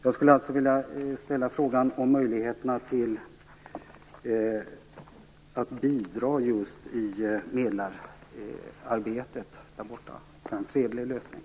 Jag vill alltså ställa en fråga om möjligheterna att bidra just i medlararbetet för en fredlig lösning.